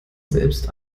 selbst